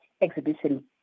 exhibition